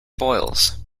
boils